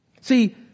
See